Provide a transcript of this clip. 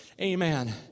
Amen